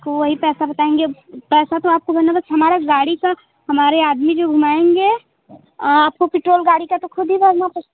को वही पैसा बताएँगे पैसा तो आपको देना है बसा होगा हमारी गाड़ी का हमारे आदमी जो घूमाएँगे आपको पिट्रोल गाड़ी का तो खुद ही भरना प